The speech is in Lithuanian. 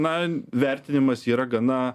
na vertinimas yra gana